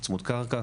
צמוד קרקע.